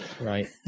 right